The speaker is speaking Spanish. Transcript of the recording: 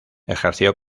ejerció